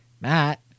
Matt